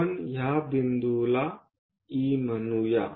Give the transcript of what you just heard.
आपण या बिंदूला E म्हणूया